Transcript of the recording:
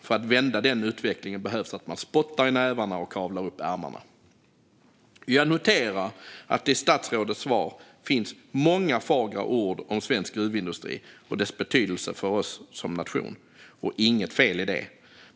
För att vända den utvecklingen behövs att man spottar i nävarna och kavlar upp ärmarna. Jag noterar att det i statsrådets svar finns många fagra ord om svensk gruvindustri och dess betydelse för oss som nation. Inget fel i det.